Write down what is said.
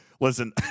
Listen